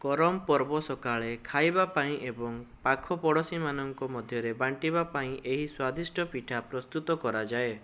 କରମପର୍ବ ସକାଳେ ଖାଇବା ପାଇଁ ଏବଂ ପାଖ ପଡ଼ୋଶୀମାନଙ୍କ ମଧ୍ୟରେ ବାଣ୍ଟିବା ପାଇଁ ଏହି ସ୍ୱାଦିଷ୍ଟ ପିଠା ପ୍ରସ୍ତୁତ କରାଯାଏ